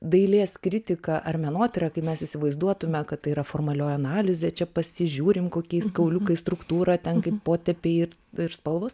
dailės kritika ar menotyra kai mes įsivaizduotume kad tai yra formalioji analizė čia pasižiūrim kokiais kauliukais struktūrą ten kaip potėpiai ir ir spalvos